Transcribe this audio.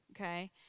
okay